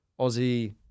Aussie